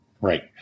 right